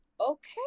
Okay